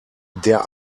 der